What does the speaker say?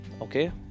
Okay